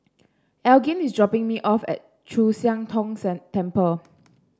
Elgin is dropping me off at Chu Siang Tong Temple